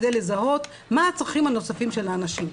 כדי לזהות מה הצרכים הנוספים של האנשים.